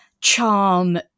charm